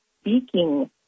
speaking